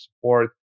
support